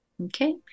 okay